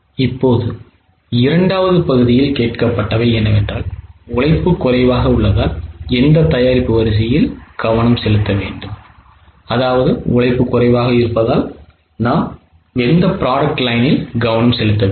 இப்போது இரண்டாவது பகுதியில் கேட்கப்பட்டவை என்னவென்றால் உழைப்பு குறைவாக உள்ளதால் எந்த தயாரிப்பு வரிசையில் கவனம் செலுத்த வேண்டும்